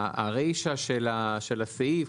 הרישא של הסעיף,